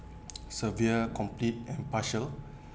severe complete and partial